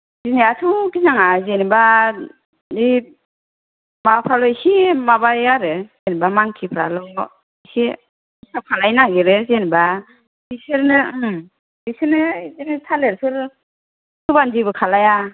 गिनायाथ' गिनाङा जेन'बा बे माबाफ्राल' एसे माबायो आरो जेन'बा मांकिफ्राल' एसे डिस्टार्ब खालायनो नागेरो जेन'बा बिसोरनो ओं बिसोरनो बिदिनो थालिरफोर होबानो जेबो खालाया